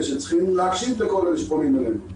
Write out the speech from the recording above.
שצריכים להקשיב לכל אלה שפונים אלינו.